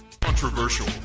Controversial